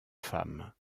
femme